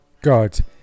God